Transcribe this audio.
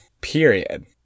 period